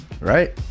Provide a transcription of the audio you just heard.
Right